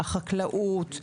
החקלאות,